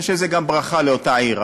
אני חושב שזו גם ברכה לאותה עיר,